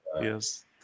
yes